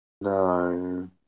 No